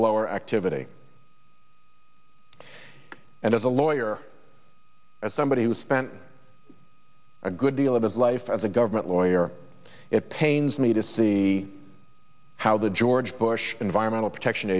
blower activity and as a lawyer as somebody who spent a good deal of his life as a government lawyer it pains me to see how the george bush environmental protection